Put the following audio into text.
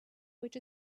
which